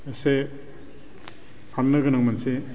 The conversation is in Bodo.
एसे साननो गोनां मोनसे